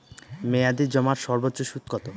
মেয়াদি জমার সর্বোচ্চ সুদ কতো?